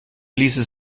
ließe